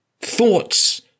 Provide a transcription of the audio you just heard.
thoughts